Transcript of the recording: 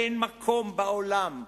אין מקום בעולם,